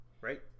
Right